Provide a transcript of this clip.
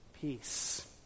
peace